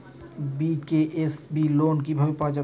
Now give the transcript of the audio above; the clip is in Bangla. বি.কে.এস.বি লোন কিভাবে পাওয়া যাবে?